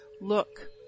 Look